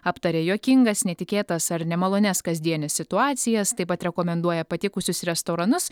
aptaria juokingas netikėtas ar nemalonias kasdienes situacijas taip pat rekomenduoja patikusius restoranus